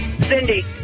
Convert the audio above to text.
Cindy